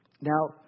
Now